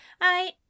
I—